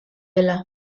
dela